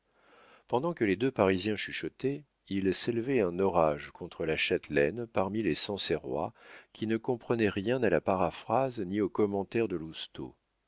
pendant que les deux parisiens chuchotaient il s'élevait un orage contre la châtelaine parmi les sancerrois qui ne comprenaient rien à la paraphrase ni aux commentaires de